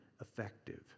effective